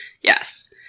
Yes